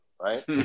right